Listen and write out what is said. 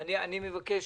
אני מבקש